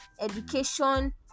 education